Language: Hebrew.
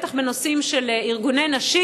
בטח בנושאים של ארגוני נשים,